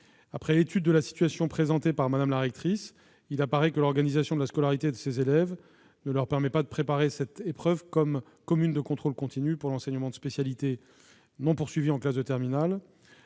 Après étude de la situation présentée par Mme la rectrice, il apparaît que l'organisation de la scolarité de ces élèves ne leur permet pas de préparer cette épreuve commune de contrôle continu pour l'enseignement de spécialité non poursuivi en classe de terminale